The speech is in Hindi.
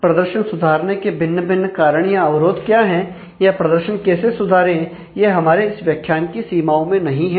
प्रदर्शन सुधारने के भिन्न भिन्न कारण या अवरोध क्या है या प्रदर्शन कैसे सुधारें यह हमारे इस व्याख्यान की सीमाओं में नहीं है